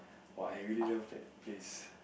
!wah! I really love that place